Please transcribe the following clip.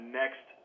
next